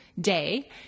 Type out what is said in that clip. Day